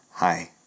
hi